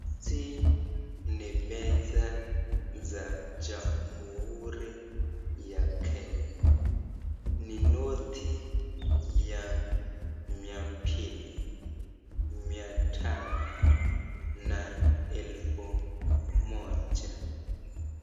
Hizi ni pesa za jamhuri ya Kenya. Ni noti ya mia mbili, mia tano na elfu moja.